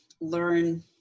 learn